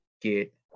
get